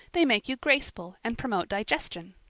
they make you graceful and promote digestion.